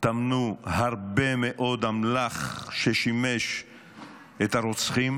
טמנו הרבה מאוד אמל"ח ששימש את הרוצחים,